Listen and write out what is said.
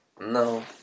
No